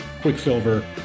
Quicksilver